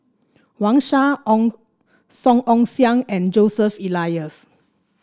Wang Sha Ong Song Ong Siang and Joseph Elias